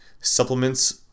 supplements